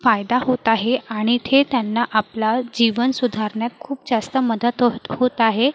फायदा होत आहे आणि थे त्यांना आपला जीवन सुधारन्यात खूप जास्त मदत ओत होत आहे